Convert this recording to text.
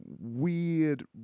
weird